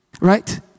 Right